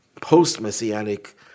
post-Messianic